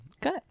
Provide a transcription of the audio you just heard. good